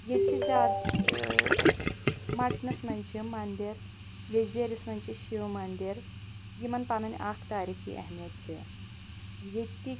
ییٚتہِ چھِ زیادٕ ٲں مَٹنَس مَنٛز چھ منٛدر ویٚجبیٛٲرِس مَنٛز چھ شِو منٛدر یمن پَنٕنۍ اکھ تاریٖخی اہمیت چھِ ییٚتِکۍ